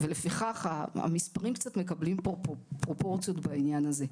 לפיכך, המספרים קצת מקבלים פרופורציות בעניין הזה.